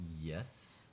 Yes